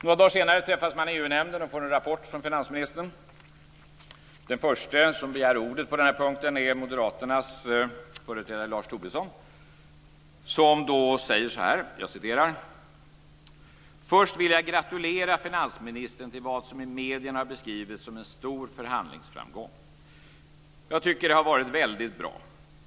Några dagar senare träffas man i EU-nämnden och får en rapport från finansministern. Den förste som begär ordet på den punkten är moderaternas företrädare Lars Tobisson. Han säger då följande: "Först vill jag gratulera finansministern till vad som i medierna har beskrivits som en stor förhandlingsframgång. Jag tycker att det har varit väldigt bra.